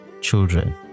children